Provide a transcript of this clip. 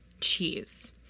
Cheese